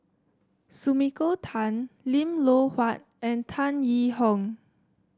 Sumiko Tan Lim Loh Huat and Tan Yee Hong